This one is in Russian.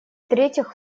третьих